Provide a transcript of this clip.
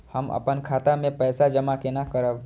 हम अपन खाता मे पैसा जमा केना करब?